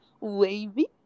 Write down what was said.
Wavy